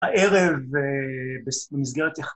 ‫הערב במסגרת יח..